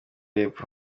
y’epfo